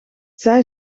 zij